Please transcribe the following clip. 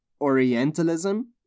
Orientalism